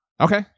Okay